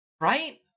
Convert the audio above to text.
right